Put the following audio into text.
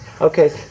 Okay